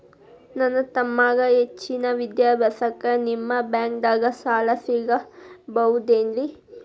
ನನ್ನ ತಮ್ಮಗ ಹೆಚ್ಚಿನ ವಿದ್ಯಾಭ್ಯಾಸಕ್ಕ ನಿಮ್ಮ ಬ್ಯಾಂಕ್ ದಾಗ ಸಾಲ ಸಿಗಬಹುದೇನ್ರಿ?